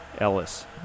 Ellis